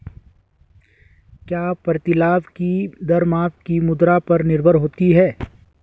क्या प्रतिलाभ की दर माप की मुद्रा पर निर्भर होती है?